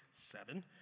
seven